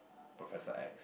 professor X